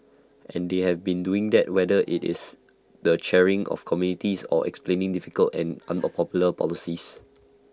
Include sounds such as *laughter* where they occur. and they have been seen doing that whether IT is the chairing of committees or explaining difficult and *noise* unpopular policies